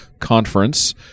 Conference